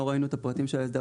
לא ראינו את הפרטים של ההצעה,